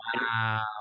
Wow